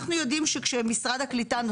אנחנו יודעים שכשמשרד הקליטה והעלייה